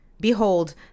Behold